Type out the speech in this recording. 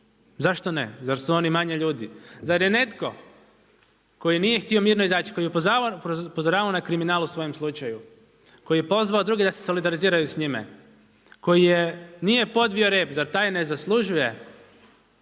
Zašto ne? Zar su oni manje ljudi? Zar je netko tko nije htio mirno izaći, koji je upozoravao na kriminal u svojem slučaju, koji je pozvao druge da se solidaliziraju s njime, koji je, nije podvio rep, zar taj ne zaslužuje